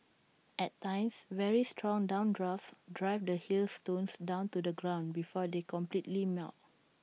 at times very strong downdrafts drive the hailstones down to the ground before they completely melt